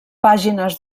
pàgines